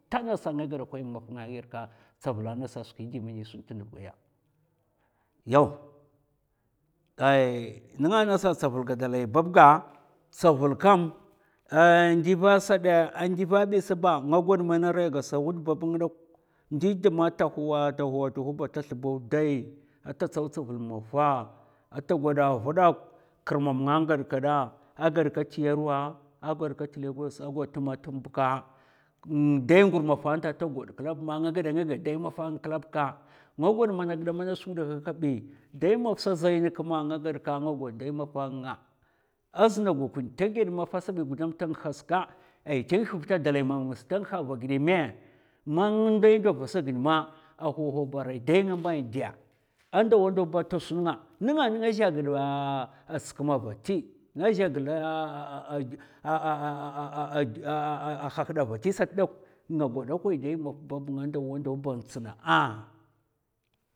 Tang ngas gwadakwan mum maf nga ghad ka tsavul a nasa skwi di man è tndav ga ya. Yaw, ai nga nasa a tsavul gè bab ga, tsavul kam a ndiva sa dè, a ndiva bi sba nga gwad mana rai wud bab nga dok ndi di man ta huwa huwa ba ata slbaw dai ata tsaw tsavul mafa ata gwada vdok kirmam nga gad kda, a ghad ka tyarwa, a ghad ka tlagos, a ghad ka tma tma bka uhm dai ngur mafa nta ta gwad klab ma nga ghèd mafa man nga ghèdè ngaghad klab ka, nga gwad a ghidè man skwi ghidè kak kabi dai maf sa zaina kam kmè nga gad ka, a nga gwad dai mafa nga. azna gokwun tè ghèd mafa sabi ta ngha ska ai ta ngèh vta dalai mamngas ta ngha va a ghidè mè? Man nga ndai ndo vasa ma, a huw huw ba arai dai a'mba dè a ndawa ndawa ta sun nga nga nan ngèzhè gida ahh skam vati nga zhè aahaaahaa hahad a vati sat dok nga gwadakwai dai maf bab nga a ndawa ndawa ba an tsna,